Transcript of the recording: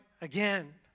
again